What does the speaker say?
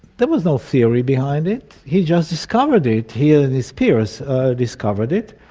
there was no theory behind it, he just discovered it, he and his peers discovered it,